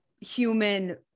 human